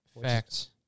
Facts